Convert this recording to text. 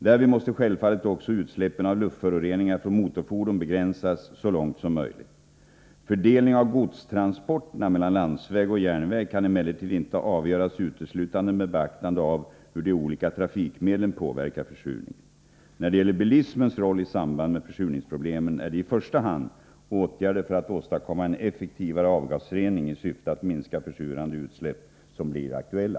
Därvid måste självfallet också utsläppen av luftföroreningar från motorfordon begränsas så långt som möjligt. Fördelning av godstransporterna mellan landsväg och järnväg kan emellertid inte avgöras uteslutande med beaktande av hur de olika trafikmedlen påverkar försurningen. När det gäller bilismens roll i samband med försurningsproblemen är det i första hand åtgärder för att åstadkomma en effektivare avgasrening i syfte att minska försurande utsläpp som blir aktuella.